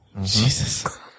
Jesus